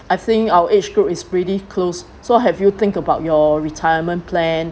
I think our age group is pretty close so have you think about your retirement plan